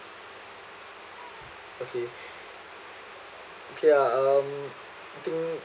okay okay ah uh I think